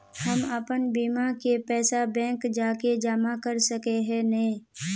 हम अपन बीमा के पैसा बैंक जाके जमा कर सके है नय?